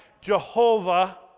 Jehovah